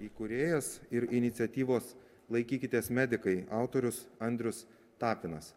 įkūrėjas ir iniciatyvos laikykitės medikai autorius andrius tapinas